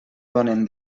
donen